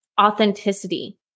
authenticity